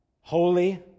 Holy